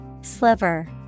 Sliver